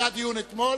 היה דיון אתמול,